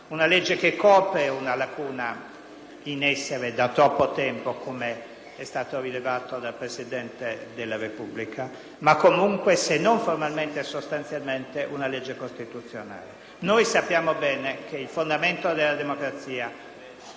in essere da troppo tempo, come è stato rilevato dal Presidente della Repubblica. Anche se non formalmente, sostanzialmente è una legge costituzionale. Sappiamo bene che il fondamento della democrazia è «*no taxation without representation*».